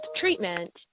treatment